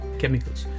chemicals